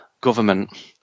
government